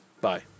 Bye